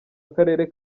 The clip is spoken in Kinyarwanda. akarere